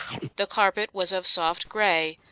the carpet was of soft grey,